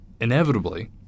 inevitably